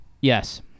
Yes